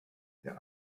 der